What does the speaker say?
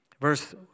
Verse